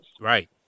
Right